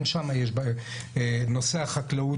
גם שם יש בעיות בנושא החקלאות.